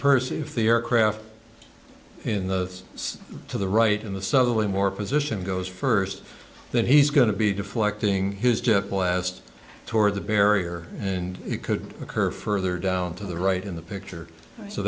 person if the aircraft in the to the right in the subway more position goes first that he's going to be deflecting his gyp west toward the barrier and it could occur further down to the right in the picture so